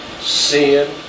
Sin